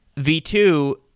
v two,